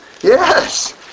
Yes